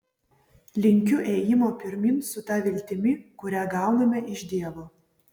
linkiu ėjimo pirmyn su ta viltimi kurią gauname iš dievo